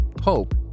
hope